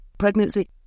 pregnancy